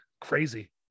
crazy